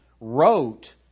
wrote